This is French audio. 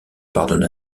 pardonne